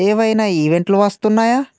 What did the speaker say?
ఏవైనా ఈవెంట్లు వస్తున్నాయా